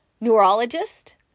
neurologist